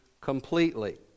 completely